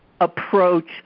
approach